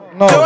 no